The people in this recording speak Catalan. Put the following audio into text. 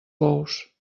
bous